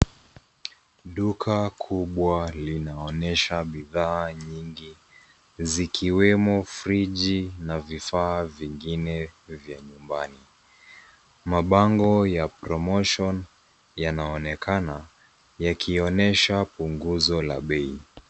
Duka kubwa linaonyesha bidhaa nyingi vikiwemo friji na vifaa vingine vya nyumbani. Mabango ya promotion yanaonekana yakionyesha punguzo la bei.